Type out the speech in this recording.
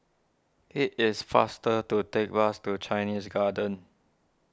it is faster to take bus to Chinese Garden